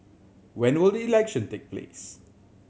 when will the election take place